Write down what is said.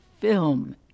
film